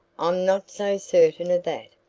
i'm not so certain of that,